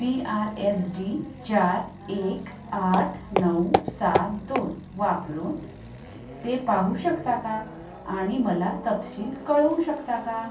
बी R S G चार एक आठ नऊ सात दोन वापरून ते पाहू शकता का आणि मला तपशील कळवू शकता का